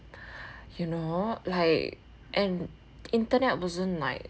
you know like and internet wasn't like